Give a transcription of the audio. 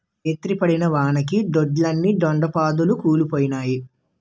రేతిరి పడిన వానకి దొడ్లోని దొండ పాదులు కుల్లిపోనాయి